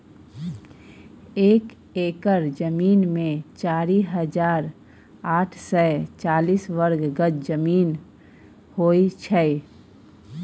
एक एकड़ जमीन मे चारि हजार आठ सय चालीस वर्ग गज जमीन होइ छै